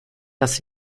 das